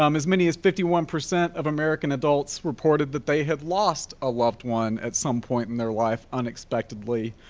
um as many as fifty one percent of american adults reported that they had lost a loved one at some point in their life unexpectedly,